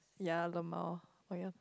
ya lmao oh ya